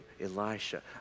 Elisha